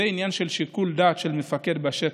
זה עניין של שיקול דעת של מפקד בשטח,